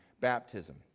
baptism